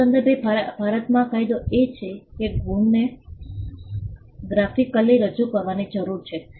આ સંદર્ભે ભારતમાં કાયદો એ છે કે ગુણને ગ્રાફિકલી રજૂ કરવાની જરૂર છે